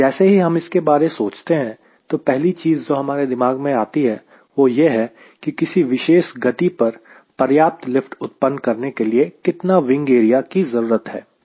जैसे ही हम इसके बारे सोचते हैं तो पहली चीज जो हमारे दिमाग में आती है वह यह है की किसी विशेष गति पर पर्याप्त लिफ्ट उत्पन्न करने के लिए कितने विंग एरिया की जरूरत होगी